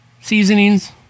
seasonings